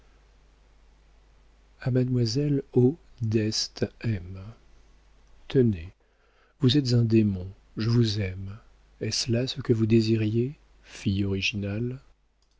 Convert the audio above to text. mademoiselle o deste m tenez vous êtes un démon je vous aime est-ce là ce que vous désiriez fille originale